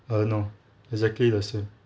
err no exactly the same